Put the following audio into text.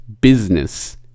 business